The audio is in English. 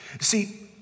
See